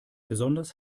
besonders